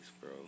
bro